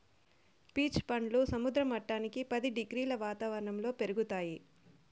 peach పండ్లు సముద్ర మట్టానికి పది డిగ్రీల వాతావరణంలో పెరుగుతాయి